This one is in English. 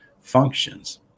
functions